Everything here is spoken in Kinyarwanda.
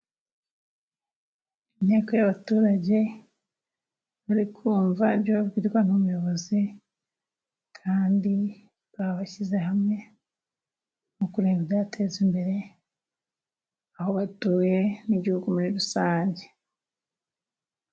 Inteko y'abaturage bari kumva ibyo babwirwa n'umuyobozi kandi baba bashyize hamwe mu kureba ibyabateza imbere aho batuye n'igihugu muri rusange.